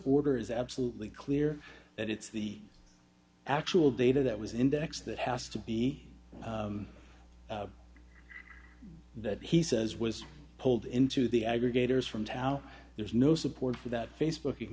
order is absolutely clear that it's the actual data that was index that has to be that he says was pulled into the aggregators from tao there's no support for that facebook